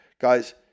guys